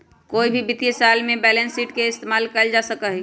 कोई भी वित्तीय साल में बैलेंस शीट के इस्तेमाल कइल जा सका हई